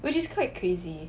which is quite crazy